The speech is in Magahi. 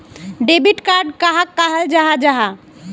डेबिट कार्ड कहाक कहाल जाहा जाहा?